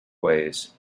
ways